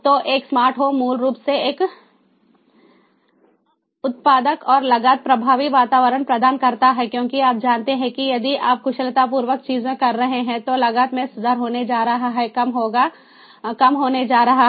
तो एक smart home मूल रूप से एक उत्पादक और लागत प्रभावी वातावरण प्रदान करता है क्योंकि आप जानते हैं कि यदि आप कुशलतापूर्वक चीजें कर रहे हैं तो लागत में सुधार होने जा रहा है कम होने जा रहा है